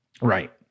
Right